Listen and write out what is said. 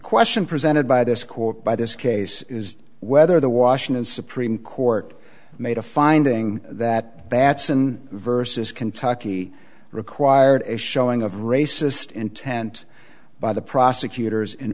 question presented by this court by this case is whether the washington supreme court made a finding that batson versus kentucky required a showing of racist intent by the prosecutors in